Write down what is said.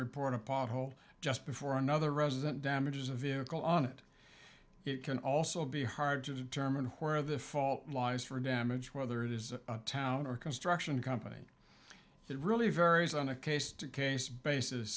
report a pothole just before another resident damages a vehicle on it it can also be hard to determine where the fault lies for damage whether it is a town or construction company it really varies on a case to case basis